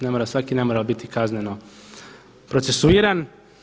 Ne mora svaki nemoral biti kazneno procesuiran.